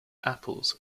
apples